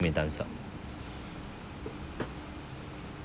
where time's up